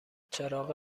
چراغ